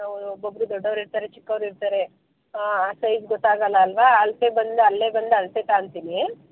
ಒಬ್ಬೊಬ್ರು ದೊಡ್ಡೋರು ಇರ್ತಾರೆ ಚಿಕ್ಕೋರು ಇರ್ತಾರೆ ಸೈಜ್ ಗೊತ್ತಾಗೋಲ್ಲ ಅಲ್ಲವಾ ಅಳತೆ ಬಂದು ಅಲ್ಲೇ ಬಂದು ಅಳತೆ ತಗೊಂತೀನಿ